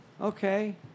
Okay